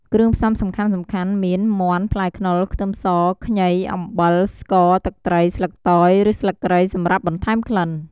គ្រឿងផ្សំសំខាន់ៗមាន មាន់ ផ្លែខ្នុរ ខ្ទឹមស ខ្ញី អំបិល ស្ករ ទឹកត្រី ស្លឹកតយ ឬស្លឹកគ្រៃ សម្រាប់បន្ថែមក្លិន។